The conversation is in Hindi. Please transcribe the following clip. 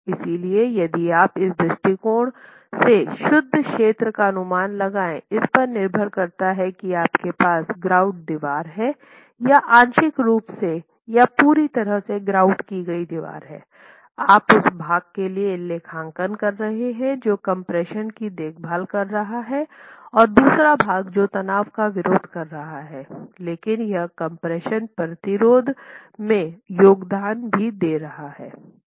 इसलिए यदि आप इस दृष्टिकोण से शुद्ध क्षेत्र का अनुमान लगाएँ इस पर निर्भर करता है कि आपके पास ग्राउट दीवार है या आंशिक रूप से या पूरी तरह से ग्राउट की गई दीवार हैं आप उस भाग के लिए लेखांकन कर रहे हैं जो कम्प्रेशन की देखभाल कर रहा हैं और दूसरा भाग जो तनाव का विरोध कर रहा है लेकिन यह कम्प्रेशन प्रतिरोध में योगदान भी दे रहा हैं